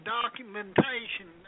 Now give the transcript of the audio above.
documentation